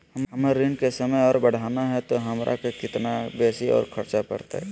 हमर ऋण के समय और बढ़ाना है तो हमरा कितना बेसी और खर्चा बड़तैय?